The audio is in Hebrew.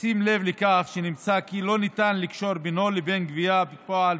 בשים לב לכך שנמצא כי לא ניתן לקשור בינו לבין גבייה בפועל,